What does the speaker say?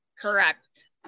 Correct